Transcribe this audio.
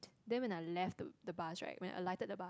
then when I left the the bus right when alighted the bus